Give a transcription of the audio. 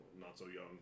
not-so-young